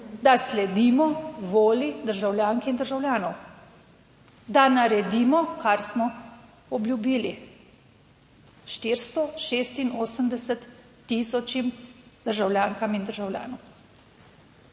da sledimo volji državljank in državljanov, da naredimo kar smo obljubili486 tisočič državljankam in državljanom.